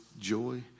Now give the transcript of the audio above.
joy